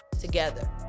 together